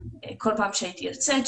כל פעם שהייתי יוצאת,